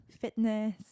fitness